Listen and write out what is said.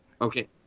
Okay